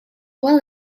well